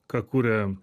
ką kuria